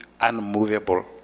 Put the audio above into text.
unmovable